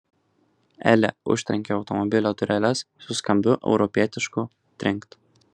elė užtrenkė automobilio dureles su skambiu europietišku trinkt